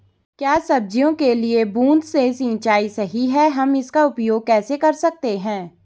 क्या सब्जियों के लिए बूँद से सिंचाई सही है हम इसका उपयोग कैसे कर सकते हैं?